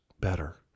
better